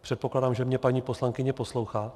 Předpokládám, že mě paní poslankyně poslouchá.